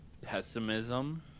pessimism